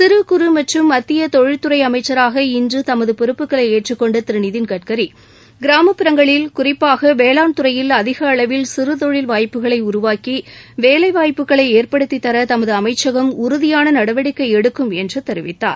சிறு குறு மற்றும் மத்திய தொழில் துறை அமைச்சராக இன்று தமது பொறுப்புகளை ஏற்றுக் கொண்ட திரு நிதின் கட்கரி கிராமப்புறங்களில் குறிப்பாக வேளாண் துறையில் அதிகளவில் சிறதொழில் வாய்ப்புகளை உருவாக்கி வேலைவாய்ப்புகளை ஏற்படுத்தித் தர தமது அமைச்சகம் உறுதியான நடவடிக்கை எடுக்கும் என்று தெரிவித்தார்